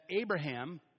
Abraham